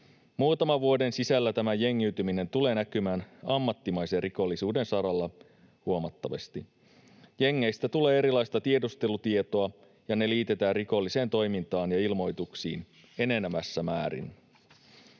Muutaman vuoden sisällä tämä jengiytyminen tulee näkymään ammattimaisen rikollisuuden saralla huomattavasti. Jengeistä tulee erilaista tiedustelutietoa, ja ne liitetään rikolliseen toimintaan ja ilmoituksiin enenevässä määrin.”